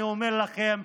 אני אומר לכם,